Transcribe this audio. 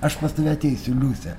aš pas tave ateisiu liuse